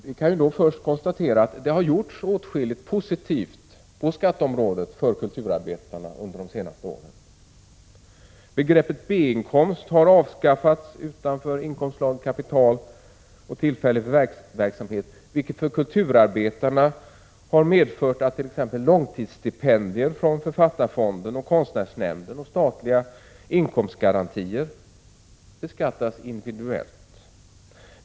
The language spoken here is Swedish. Vi kan då först konstatera att det har gjorts åtskilligt positivt på skatteområdet för kulturarbetarna under de senaste åren. Begreppet B-inkomst har avskaffats, utom för inkomstslagen kapital och tillfällig förvärvsverksamhet, vilket för kulturarbetarna har medfört att t.ex. långtidsstipendier från författarfonden och konstnärsnämnden och statliga inkomstgarantier beskattas individuellt.